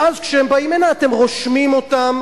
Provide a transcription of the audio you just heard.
ואז, כשהם באים הנה, אתם רושמים אותם,